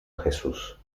jesús